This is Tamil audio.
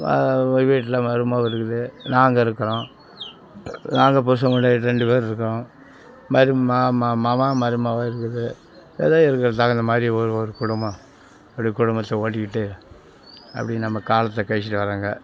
வீட்டில் மருமகள் இருக்குது நாங்கள் இருக்கிறோம் நாங்கள் புருஷன் பொண்டாட்டி ரெண்டு பேர் இருக்கிறோம் மவன் மருமவள் இருக்குது ஏதோ எனக்கு தகுந்தமாதிரி ஒரு ஒரு குடும்பம் அப்படி குடும்பத்தை ஓட்டிக்கிட்டு அப்படி நம்ம காலத்தை கழிச்சுட்டு வறேங்க